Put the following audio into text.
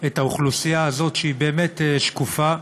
את האוכלוסייה הזאת, שהיא באמת שקופה,